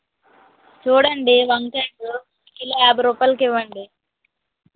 చూడండి వంకాయలు కిలో యాభై రూపాయలకు ఇవ్వండి